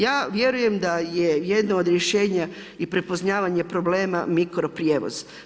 Ja vjerujem da je jedno od rješenja i prepoznavanje problema mikro prijevoz.